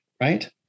right